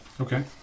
Okay